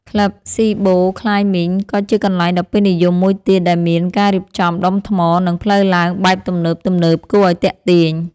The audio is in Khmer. ក្លឹប ស៊ីបូ ក្លាយមីង ក៏ជាកន្លែងដ៏ពេញនិយមមួយទៀតដែលមានការរៀបចំដុំថ្ម និងផ្លូវឡើងបែបទំនើបៗគួរឱ្យទាក់ទាញ។